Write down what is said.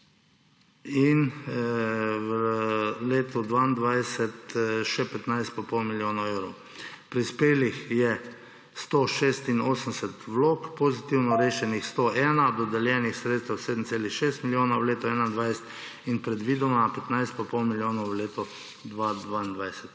in v letu 2022 še 15 pa pol milijonov evrov. Prispelih je 186 vlog, pozitivno rešena 101, dodeljenih sredstev 7,6 milijona evrov v letu 2021 in predvidoma 15 pa pol milijonov v letu 2022.